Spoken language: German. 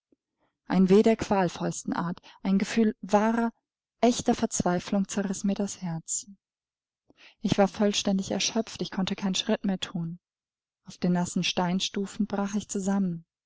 ein weh der qualvollsten art ein gefühl wahrer echter verzweiflung zerriß mir das herz ich war vollständig erschöpft ich konnte keinen schritt mehr thun auf den nassen steinstufen brach ich zusammen